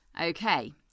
Okay